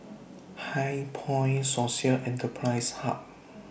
HighPoint Social Enterprise Hub